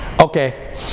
okay